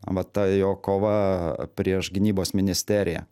va ta jo kova prieš gynybos ministeriją